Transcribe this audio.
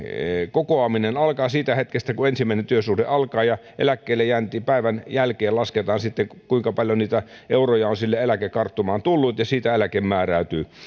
kokoaminen alkaa siitä hetkestä kun ensimmäinen työsuhde alkaa ja eläkkeellejääntipäivän jälkeen lasketaan sitten kuinka paljon niitä euroja on sinne eläkekarttumaan tullut ja siitä eläke määräytyy